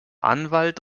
anwalt